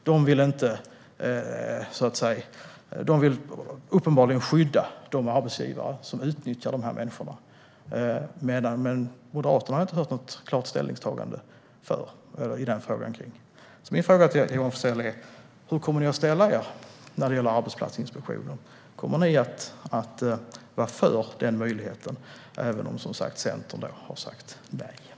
De vill uppenbarligen skydda de arbetsgivare som utnyttjar dessa människor. Men jag har inte hört något klart ställningstagande från Moderaterna i denna fråga. Min fråga till Johan Forssell är därför: Hur kommer ni att ställa er till arbetsplatsinspektioner? Kommer ni att vara för denna möjlighet, även om Centern har sagt nej?